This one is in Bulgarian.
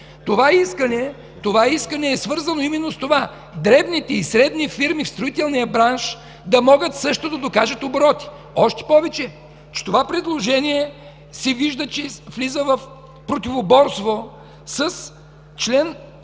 Това искане е свързано именно с това дребните и средни фирми в строителния бранш да могат също да докажат обороти. Още повече, че това предложение се вижда, че влиза в противоборство с чл.